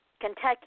Kentucky